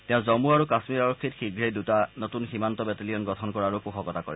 তেওঁ জম্মু আৰু কামীৰ আৰক্ষীত শীঘেই দুটা নতুন সীমান্ত বেটেলিয়ন গঠন কৰাৰো পোষকতা কৰে